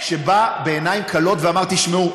שבא בעיניים כלות ואמר: תשמעו,